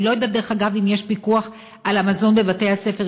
אני לא יודעת אם יש פיקוח על המזון בבתי-הספר,